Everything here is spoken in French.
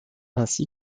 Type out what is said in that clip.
ainsi